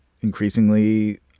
increasingly